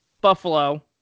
Buffalo